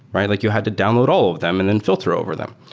right? like you had to download all of them and then filter over them.